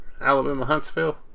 Alabama-Huntsville